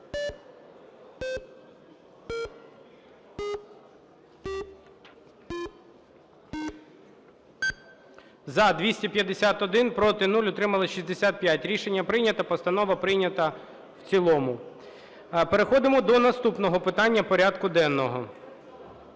За-251 Проти – 0, утримались – 65. Рішення прийнято. Постанова прийнята в цілому. Переходимо до наступного питання порядку денного.